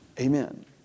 Amen